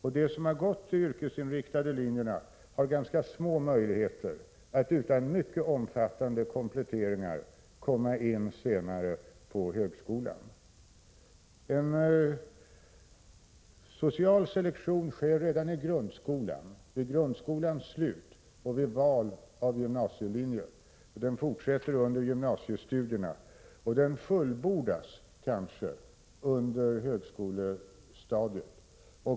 De elever som har gått de yrkesinriktade linjerna har ganska små möjligheter att utan mycket omfattande kompletteringar senare komma in på högskolan. En social selektion sker redan i grundskolan — vid grundskolans slut och vid val av gymnasielinjer — och den fortsätter under gymnasiestudierna och fullbordas kanske på högskolestadiet.